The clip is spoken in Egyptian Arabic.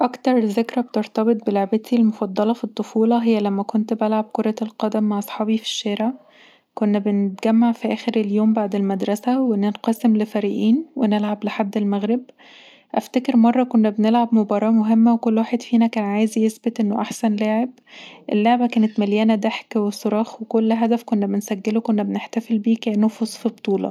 أكتر ذكرى بترتبط بلعبتي المفضلة في الطفولة هي لما كنت بلعب كرة القدم مع صحابي في الشارع. كنا بنجمع في آخر اليوم بعد المدرسة، ونتقسم لفريقين ونلعب لحد المغرب.أفتكر مرة كنا بنلعب مباراة مهمة، وكل واحد فينا كان عايز يثبت إنه أحسن لاعب. اللعبة كانت مليانة ضحك وصراخ، وكل هدف كنا بنسجله كنا بنحتفل بيه كأنه فوز في بطولة